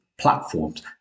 platforms